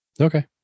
Okay